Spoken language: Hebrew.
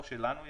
לא שלנו,